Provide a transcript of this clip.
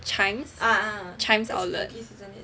Chijmes Chijmes outlet